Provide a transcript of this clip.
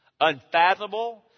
unfathomable